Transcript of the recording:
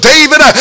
David